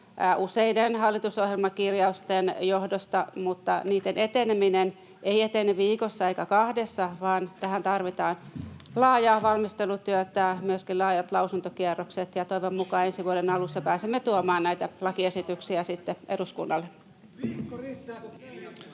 useiden hallitusohjelmakirjausten johdosta, mutta niiden eteneminen ei etene viikossa eikä kahdessa, vaan tähän tarvitaan laajaa valmistelutyötä, myöskin laajat lausuntokierrokset, ja toivon mukaan ensi vuoden alussa pääsemme tuomaan näitä lakiesityksiä sitten eduskunnalle.